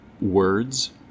words